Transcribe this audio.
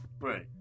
Right